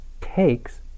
takes